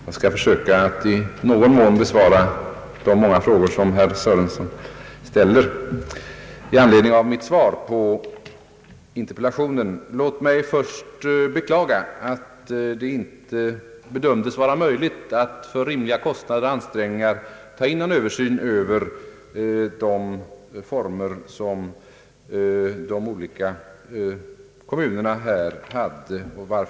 Herr talman! Jag skall försöka att i någon mån besvara herr Sörensons många frågor i anledning av mitt svar på interpellationen. Låt mig först beklaga att det inte bedömdes vara möjligt att för rimliga kostnader och ansträngningar verkställa en översyn av de former för skolårets avslutning som tillämpas i olika kommuner.